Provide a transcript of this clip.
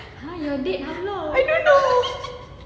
I don't know